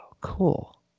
cool